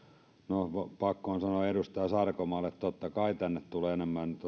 no pakko on sanoa edustaja sarkomaalle että totta kai tänne tulee enemmän